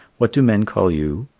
what do men call you?